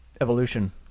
evolution